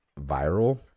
viral